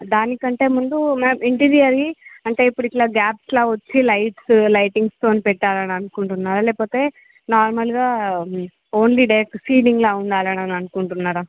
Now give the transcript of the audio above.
దానికంటే ముందు మనం ఇంటీరియర్ని అంటే ఇప్పుడు ఇలా గ్యాప్స్లా వచ్చి లైట్ లైటింగ్స్తో పెట్టాలని అనుకుంటున్నారా లేకపోతే నార్మల్గా ఓన్లీ డైరెక్ట్ సీలింగ్లా ఉండాలననుకుంటున్నారా